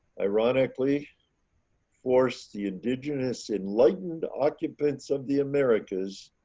ironically forced the indigenous enlightened occupants of the americas.